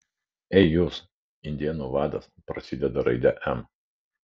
ei jūs indėnų vadas prasideda raide m